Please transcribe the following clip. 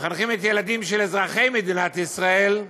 מחנכים את הילדים של אזרחי מדינת ישראל,